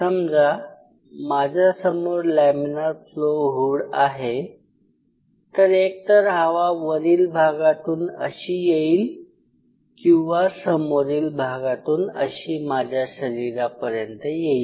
समजा माझ्यासमोर laminar flow hood आहे तर एकतर हवा वरील भागातून अशी येईल किंवा समोरील भागातून अशी माझ्या शरीरापर्यंत येईल